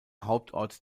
hauptort